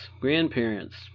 grandparents